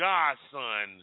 Godson